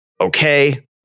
Okay